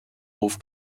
hof